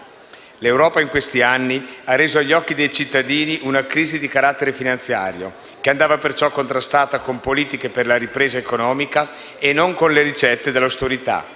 L'Europa, in questi anni, ha reso agli occhi dei cittadini una crisi di carattere finanziario, che andava perciò contrastata con politiche per la ripresa economica e non con le ricette dell'austerità,